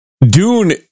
Dune